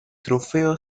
trofeo